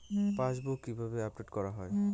Passbook কিভাবে update করা হয়?